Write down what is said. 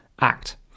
act